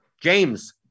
James